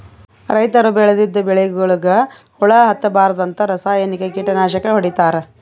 ರೈತರ್ ಬೆಳದಿದ್ದ್ ಬೆಳಿಗೊಳಿಗ್ ಹುಳಾ ಹತ್ತಬಾರ್ದ್ಂತ ರಾಸಾಯನಿಕ್ ಕೀಟನಾಶಕ್ ಹೊಡಿತಾರ್